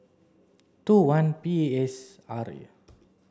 two one P A S R